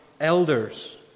elders